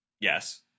Yes